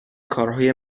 کارهای